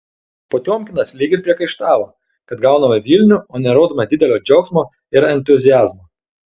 potiomkinas lyg ir priekaištavo kad gauname vilnių o nerodome didelio džiaugsmo ir entuziazmo